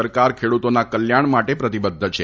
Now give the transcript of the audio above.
સરકાર ખેડૂતોના કલ્યાણ માટે પ્રતિબદ્ધ છે